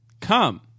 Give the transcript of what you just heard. come